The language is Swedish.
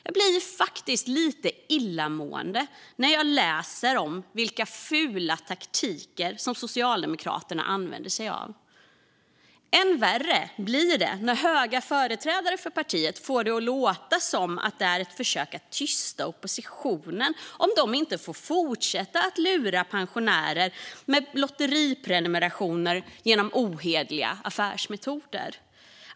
Jag blir faktiskt lite illamående när jag läser vilka fula taktiker som Socialdemokraterna använder sig av. Än värre blir det när höga företrädare för partiet får det att låta som att det är ett försök att tysta oppositionen om de inte får fortsätta att lura pensionärer med lottprenumerationer genom ohederliga affärsmetoder.